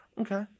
Okay